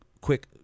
quick